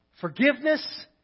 forgiveness